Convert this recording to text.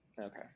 Okay